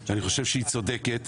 ואני חושב שהיא צודקת.